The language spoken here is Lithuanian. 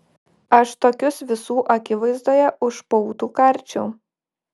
aš tokius visų akivaizdoje už pautų karčiau